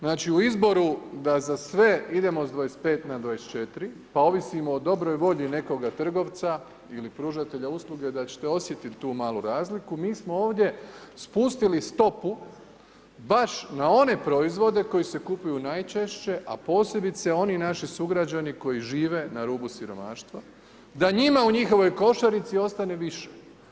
Znači u izboru da za sve idemo s 25 na 24, pa ovisimo o dobroj volji nekoga trgovca ili pružatelja usluga da ćete osjetiti tu malu razliku, mi smo ovdje spustili stopu baš na one proizvode koji se kupuju najčešće, a posebice oni naši sugrađani koji žive na rubu siromaštva, da njima u njihovoj košarici ostane više.